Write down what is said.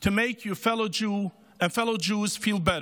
to make your fellow Jew and fellow Jews feel better.